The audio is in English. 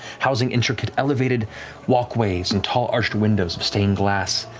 housing intricate, elevated walkways and tall, arched windows of stained glass,